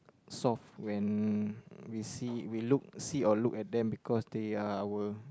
soft when we see we look see or look at them because they are our